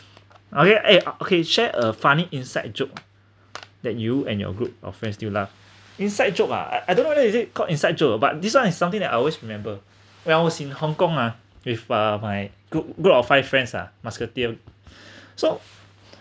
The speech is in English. okay eh okay share a funny inside joke that you and your group of friends still laugh inside joke ah I I don't know that is it called inside joke but this one is something that I always remember when I was in hong kong ah with uh my group group of five friends ah musketeer so